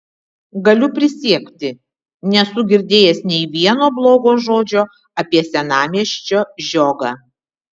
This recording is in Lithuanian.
galiu prisiekti nesu girdėjęs nei vieno blogo žodžio apie senamiesčio žiogą